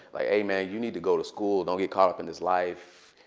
like, hey man, you need to go to school. don't get caught up in this life.